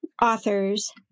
authors